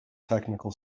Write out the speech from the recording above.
technical